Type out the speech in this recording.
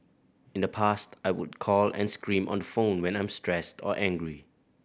in the past I would call and scream on the phone when I'm stressed or angry